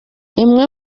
imwe